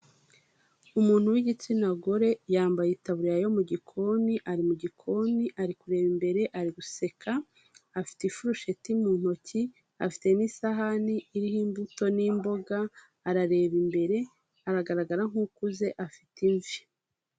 Umuntu w'igitsina gore yambaye itaburiya yo mu gikoni, ari mu gikoni ari kureba imbere ari, guseka, afite ifurusheti mu ntoki, afite n'isahani iriho imbuto n'imboga arareba imbere, aragaragara nk'ukuze, afite imvi.